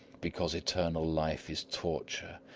because eternal life is torture,